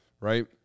right